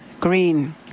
Green